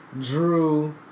Drew